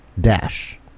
Dash